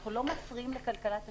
אנחנו לא מפריעים לכלכלת השוק.